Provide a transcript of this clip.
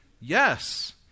yes